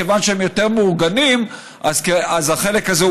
כיוון שהם יותר מאורגנים אז החלק הזה הוא